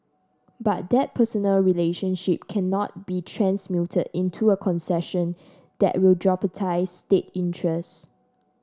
but that personal relationship cannot be transmuted into a concession that will jeopardise state interests